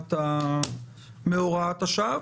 מהוראת השעה.